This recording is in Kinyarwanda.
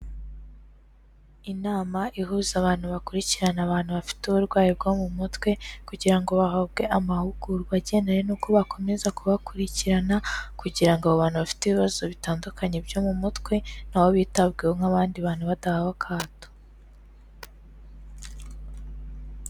Inama ihuza abantu bakurikirana abantu bafite uburwayi bwo mu mutwe, kugira ngo bahabwe amahugurwa agendanye n'uko bakomeza kubakurikirana, kugira ngo abo bantu bafite ibibazo bitandukanye byo mu mutwe, na bo bitabweho nk'abandi bantu badahawe akato.